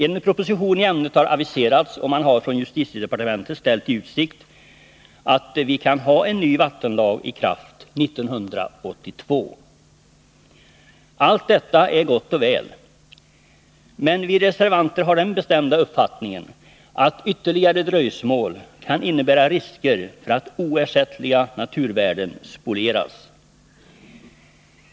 En proposition i ämnet har aviserats, och man har från justitiedepartementet ställt i utsikt att vi kan ha en ny vattenlag i kraft 1982. Allt detta är gott och väl, men vi reservanter har den bestämda uppfattningen att ytterligare dröjsmål kan innebära risker för att oersättliga naturvärden spolieras.